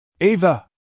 AVA